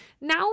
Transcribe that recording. now